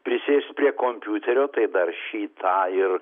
prisėst prie kompiuterio tai dar šį tą ir